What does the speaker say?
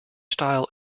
style